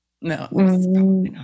No